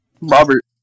Robert